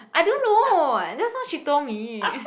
I don't know that's what she told me